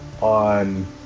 on